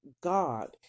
God